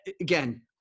Again